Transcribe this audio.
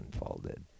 unfolded